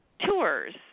tours